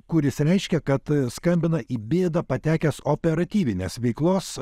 kuris reiškia kad skambina į bėdą patekęs operatyvinės veiklos